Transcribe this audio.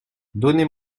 donnez